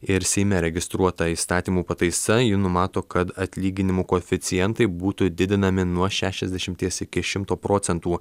ir seime registruota įstatymų pataisa ji numato kad atlyginimų koeficientai būtų didinami nuo šešiasdešimties iki šimto procentų